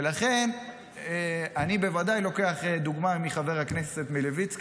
לכן אני בוודאי לוקח דוגמה מחבר הכנסת מלביצקי,